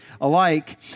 alike